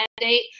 mandate